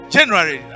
January